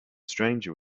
stranger